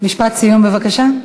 משפט סיום בבקשה.